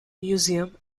museum